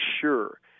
sure